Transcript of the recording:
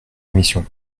commission